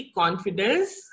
confidence